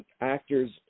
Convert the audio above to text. Actors